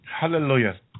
Hallelujah